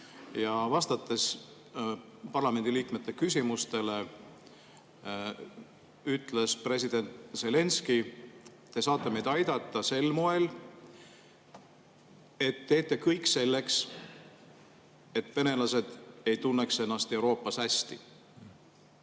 Ja vastates parlamendiliikmete küsimustele ütles president Zelenskõi: te saate meid aidata sel moel, et teete kõik selleks, et venelased ei tunneks ennast Euroopas hästi.